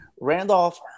Randolph